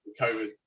COVID